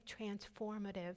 transformative